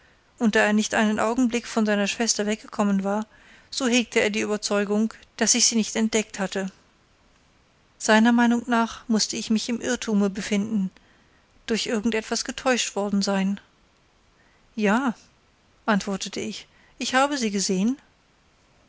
und da er nicht einen augenblick von seiner schwester weggekommen war so hegte er die ueberzeugung daß ich sie nicht entdeckt hatte seiner meinung nach mußte ich mich im irrtume befinden durch irgend etwas getäuscht worden sein ja antwortete ich ich habe sie gesehen